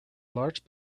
large